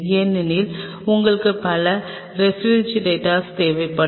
ஏனெனில் உங்களுக்கு பல ரெபிரிஜிரட்டோர் தேவைப்படும்